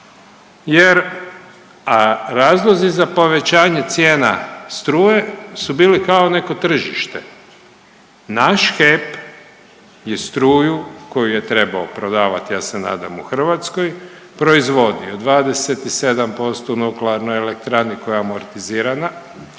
a razlozi za povećanje cijena struje su bili kao neko tržište. Naš HEP je struju koju je trebao prodavati, ja se nadam u Hrvatskoj proizvodio 27% nuklearnoj elektrani koja je amortizirana